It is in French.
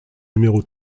numéro